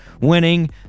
winning